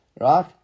Right